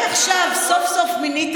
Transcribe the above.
חברת הכנסת ברביבאי,